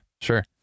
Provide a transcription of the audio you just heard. sure